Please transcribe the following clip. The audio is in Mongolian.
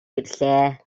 ирлээ